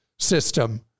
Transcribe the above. System